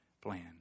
plan